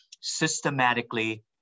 Systematically